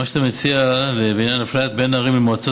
מה שאתה מציע בעניין אפליה בין ערים למועצות